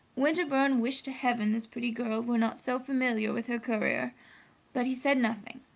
winterbourne wished to heaven this pretty girl were not so familiar with her courier but he said nothing.